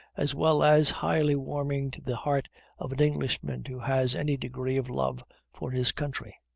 as well as highly warming to the heart of an englishman who has any degree of love for his country,